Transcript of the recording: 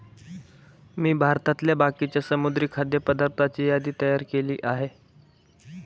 मी भारतातल्या बाकीच्या समुद्री खाद्य पदार्थांची यादी तयार केली आहे